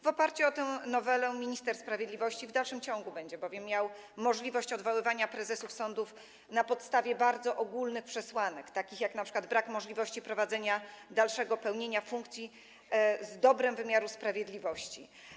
W oparciu o tę nowelę minister sprawiedliwości w dalszym ciągu będzie miał bowiem możliwość odwoływania prezesów sądów na podstawie bardzo ogólnych przesłanek, takich jak np. brak możliwości dalszego pełnienia funkcji z uwagi na dobro wymiaru sprawiedliwości.